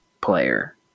player